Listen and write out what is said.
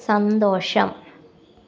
സന്തോഷം